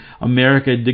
America